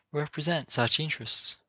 represent such interests.